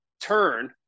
turn